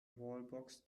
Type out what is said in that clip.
wallbox